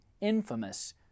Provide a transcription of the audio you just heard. infamous